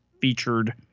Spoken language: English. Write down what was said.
featured